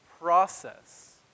process